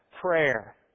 prayer